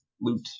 loot